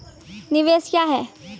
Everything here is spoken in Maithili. निवेश क्या है?